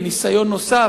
לניסיון נוסף,